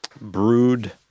Brood